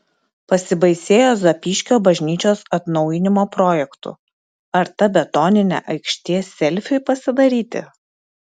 pasibaisėjo zapyškio bažnyčios atnaujinimo projektu ar ta betoninė aikštė selfiui pasidaryti